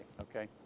Okay